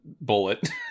bullet